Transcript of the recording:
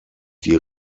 die